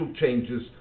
changes